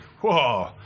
whoa